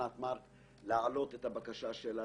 מארק להעלות את הבקשה שלה